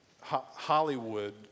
hollywood